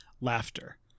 laughter